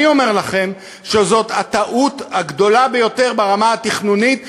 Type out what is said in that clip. אני אומר לכם שזאת הטעות הגדולה ביותר ברמה התכנונית שיכולים,